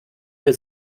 für